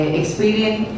experience